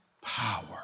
power